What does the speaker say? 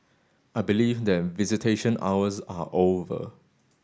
I believe that visitation hours are over